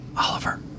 Oliver